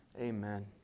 Amen